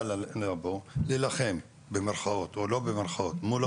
לבוא ולהילחם במירכאות או לא במירכאות מול האוצר.